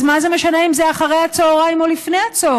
אז מה זה משנה אם זה אחרי הצוהריים או לפני הצוהריים?